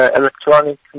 electronic